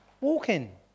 walking